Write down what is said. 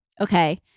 okay